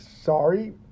sorry